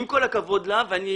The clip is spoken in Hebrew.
עם כל הכבוד לה ועוד